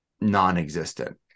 non-existent